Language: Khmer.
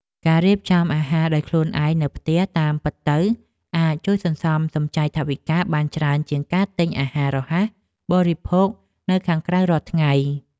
ការរៀបចំអាហារដោយខ្លួនឯងនៅផ្ទះតាមពិតទៅអាចជួយសន្សំសំចៃថវិកាបានច្រើនជាងការទិញអាហាររហ័សបរិភោគនៅខាងក្រៅរាល់ថ្ងៃ។